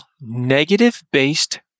negative-based